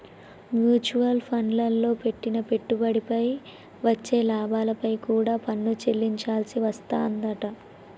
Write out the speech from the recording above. mutual ఫండ్లల్లో పెట్టిన పెట్టుబడిపై వచ్చే లాభాలపై కూడా పన్ను చెల్లించాల్సి వస్తాదంట